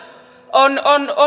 on